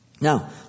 Now